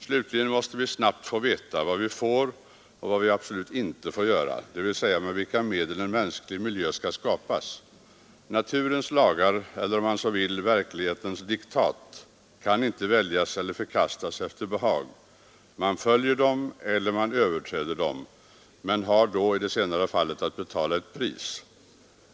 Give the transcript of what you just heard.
Slutligen måste vi snabbt få veta vad vi får och vad vi absolut inte får göra, dvs. med vilka medel en mänsklig miljö skall skapas. Naturens lagar, eller, om man så vill, verklighetens diktat kan inte väljas eller förkastas efter behag. Man följer dem eller man överträder dem, men har i det senare fallet att betala ett pris.